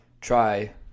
try